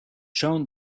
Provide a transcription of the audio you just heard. shown